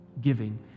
giving